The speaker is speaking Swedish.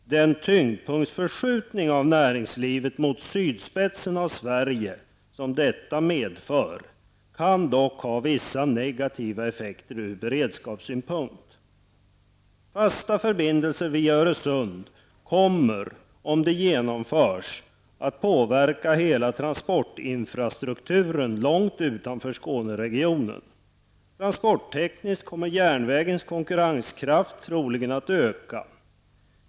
Den tyngdpunktsförskjutning av näringslivet mot sydspetsen av Sverige som detta medför kan dock ha vissa negativa effekter ur beredskapssynpunkt. Fasta förbindelser via Öresund kommer -- om de genomförs -- att påverka hela transportinfrastrukturen långt utanför Skåneregionen. Transporttekniskt kommer järnvägens konkurrenskraft troligen att öka.